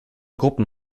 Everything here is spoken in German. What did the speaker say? gruppen